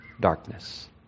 darkness